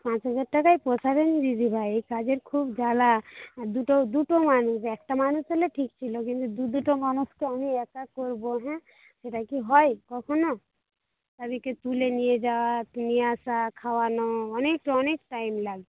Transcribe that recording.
পাঁচ হাজার টাকায় পোষাবেনা দিদিভাই এই কাজের খুব জ্বালা দুটো দুটো মানুষ একটা মানুষ হলে ঠিক ছিল কিন্তু দু দুটো মানুষকে আমি একা করব হ্যাঁ সেটা কি হয় কখনও তাদেরকে তুলে নিয়ে যাওয়া নিয়ে আসা খাওয়ানো অনেক অনেক টাইম লাগবে